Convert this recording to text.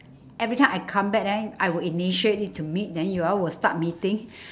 every time I come back then I would initiate it to meet then you all would start meeting